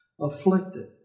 afflicted